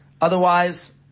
otherwise